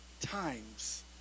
times